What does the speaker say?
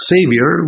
Savior